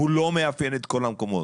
הוא לא מאפיין את כל המקומות,